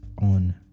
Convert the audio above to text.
on